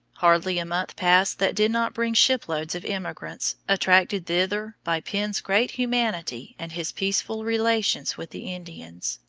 hardly a month passed that did not bring shiploads of emigrants, attracted thither by penn's great humanity and his peaceful relations with the indians.